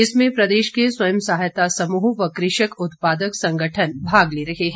इसमें प्रदेश के स्वयं सहायता समूह व कृषक उत्पादक संगठन भाग ले रहे हैं